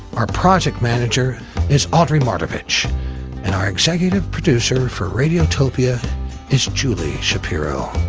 our project manager is audrey mardavich and our executive producer for radiotopia is julie shapiro.